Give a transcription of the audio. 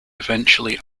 eventually